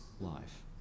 life